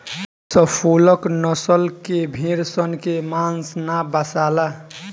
Suffolk नसल के भेड़ सन के मांस ना बासाला